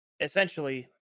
Essentially